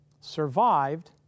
survived